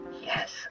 yes